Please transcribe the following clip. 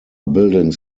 buildings